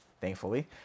thankfully